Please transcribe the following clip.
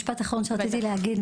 המשפט האחרון שרציתי להגיד,